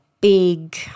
big